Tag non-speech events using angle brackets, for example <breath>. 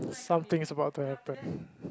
something is about to happen <breath>